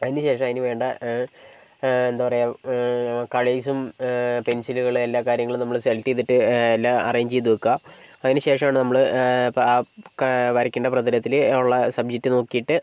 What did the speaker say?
അതിനുശേഷം അതിനു വേണ്ട എന്താണ് പറയുക കളേഴ്സും പെൻസിലുകൾ എല്ലാ കാര്യങ്ങളും നമ്മുടെ സെലക്ട് ചെയ്തിട്ട് എല്ലാം അറേഞ്ച് ചെയ്തു വയ്ക്കുക അതിനുശേഷം ആണ് നമ്മൾ വരയ്ക്കേണ്ട പ്രതലത്തിൽ ഉളള സബ്ജെക്ട് നോക്കിയിട്ട്